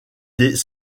des